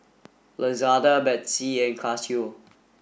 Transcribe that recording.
Lazada Betsy and Casio